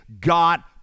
got